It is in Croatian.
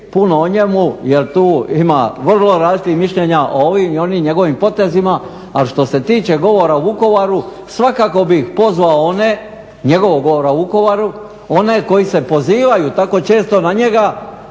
puno o njemu jer tu ima vrlo različitih mišljenja o ovim ili onim njegovim potezima a što se tiče govora u Vukovaru svakako bih pozvao one, njegovog govora u Vukovaru, one koji se pozivaju tako često na njega